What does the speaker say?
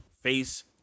face